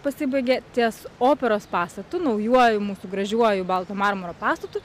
pasibaigia ties operos pastatu naujuoju mūsų gražiuoju balto marmuro pastatu